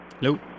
hello